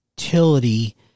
utility